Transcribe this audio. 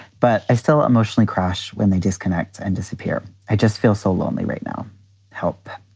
but i still emotionally crash when they disconnect and disappear. i just feel so lonely right now help!